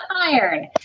iron